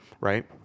right